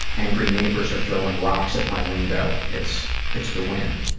angry neighbors are throwing rocks at my window, it's it's the wind.